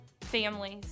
families